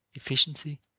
efficiency,